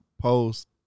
post